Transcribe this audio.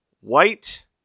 white